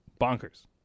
bonkers